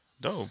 Dope